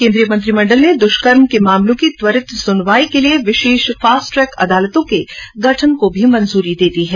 केन्द्रीय मंत्रीमण्डल ने दुष्कर्म के मामलों की त्वरित सुनवाई के लिये विशेष फास्ट ट्रैक अदालतों के गठन को भी मंजूरी दे दी है